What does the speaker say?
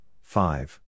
five